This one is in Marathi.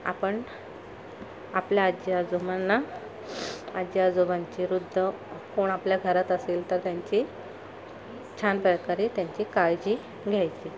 आपण आपल्या आजी आजोबांना आजी आजोबांची वृद्ध कोण आपल्या घरात असेल तर त्यांची छान प्रकारे त्यांची काळजी घ्यायची